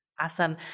Awesome